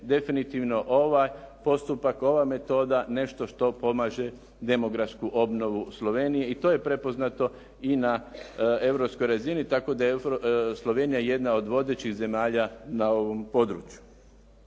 definitivno ovaj postupak ova metoda nešto što pomaže demografsku obnovu Slovenije. I to je prepoznato i na europskoj razini, tako da je Slovenija jedna od vodećih zemalja na ovom području.